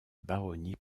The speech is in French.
baronnies